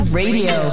radio